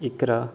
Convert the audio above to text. इकरा